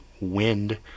wind